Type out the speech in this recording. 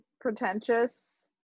pretentious